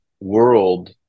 world